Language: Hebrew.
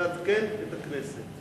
לעדכן את הכנסת.